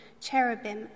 cherubim